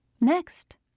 Next